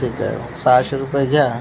ठीकाय मं सहाशे रुपये घ्या